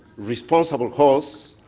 responsible house.